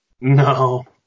No